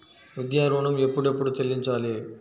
విద్యా ఋణం ఎప్పుడెప్పుడు చెల్లించాలి?